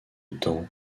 temps